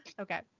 Okay